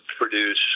produce